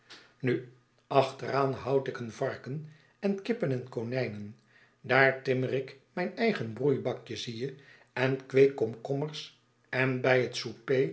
nu achteraan hp t ud i en varken en kippen en kqnjjnen daar trmmr jk myn eigen broeibakje zie je en kweek komkommers en bij het